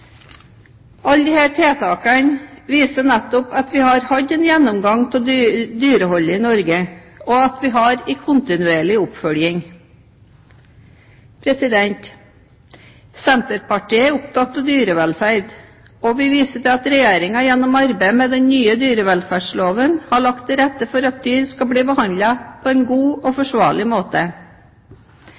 Alle disse tiltakene viser nettopp at vi har hatt en gjennomgang av dyrehold i Norge, og at vi har en kontinuerlig oppfølging. Senterpartiet er opptatt av dyrevelferd, og vi viser til at Regjeringen gjennom arbeidet med den nye dyrevelferdsloven har lagt til rette for at dyr skal bli behandlet på en god og forsvarlig måte.